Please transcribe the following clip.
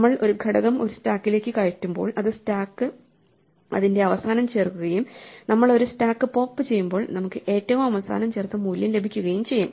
നമ്മൾ ഒരു ഘടകം ഒരു സ്റ്റാക്കിലേക്ക് കയറ്റുമ്പോൾ അത് സ്റ്റാക്ക് അതിന്റെ അവസാനം ചേർക്കുകയും നമ്മൾ ഒരു സ്റ്റാക്ക് പോപ്പ് ചെയ്യുമ്പോൾ നമുക്ക് ഏറ്റവും അവസാനം ചേർത്ത മൂല്യം ലഭിക്കുകയും ചെയ്യും